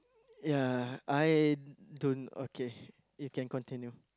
ya I don't okay you can continue